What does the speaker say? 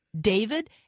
David